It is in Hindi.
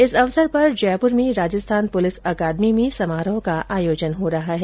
इस अवसर पर जयपुर में राजस्थान पुलिस अकादमी में समारोह का आयोजन हो रहा है